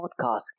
Podcast